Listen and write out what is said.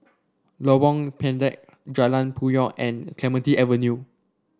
Lorong Pendek Jalan Puyoh and Clementi Avenue